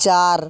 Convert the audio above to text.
চার